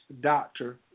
Doctor